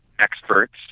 experts